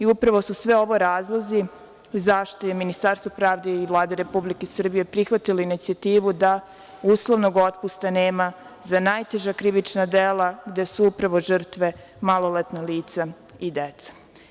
Upravo su sve ovo razlozi zašto je Ministarstvo pravde i Vlada Republike Srbije prihvatila inicijativu da uslovnog otpusta nema za najteža krivična dela gde su upravo žrtve maloletna lica i deca.